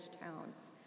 towns